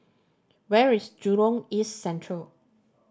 where is Jurong East Central